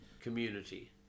community